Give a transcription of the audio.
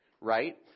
right